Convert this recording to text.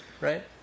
right